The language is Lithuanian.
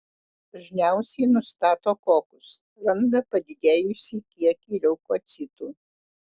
dažniausiai nustato kokus randa padidėjusį kiekį leukocitų